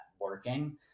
working